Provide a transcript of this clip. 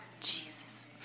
Jesus